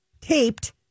taped